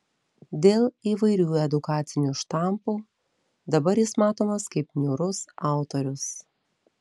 dėl įvairių edukacinių štampų dabar jis matomas kaip niūrus autorius